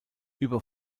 über